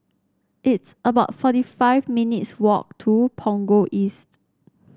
it's about forty five minutes' walk to Punggol East